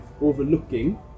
overlooking